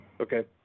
Okay